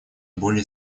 более